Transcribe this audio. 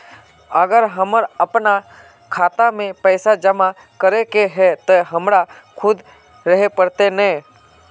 अगर हमर अपना खाता में पैसा जमा करे के है ते हमरा खुद रहे पड़ते ने?